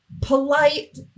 polite